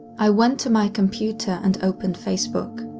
i went to my computer and opened facebook.